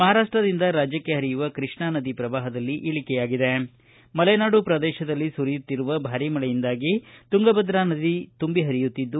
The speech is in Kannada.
ಮಹಾರಾಷ್ಟದಿಂದ ರಾಜ್ಯಕ್ಷೆ ಹರಿಯುವ ಕೃಷ್ಣಾ ನದಿ ಪ್ರವಾಹದಲ್ಲಿ ಇಳಕೆಯಾಗಿದೆ ಮಲೆನಾಡು ಪ್ರದೇಶದಲ್ಲಿ ಸುರಿಯುತ್ತಿರುವ ಭಾರಿ ಮಳೆಯಿಂದಾಗಿ ತುಂಗಭದ್ರಾ ನದಿ ತುಂಬಿ ಪರಿಯುತ್ತಿದ್ದು